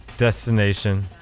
destination